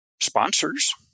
sponsors